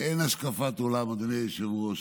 אין השקפת עולם, אדוני היושב-ראש,